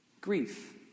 Grief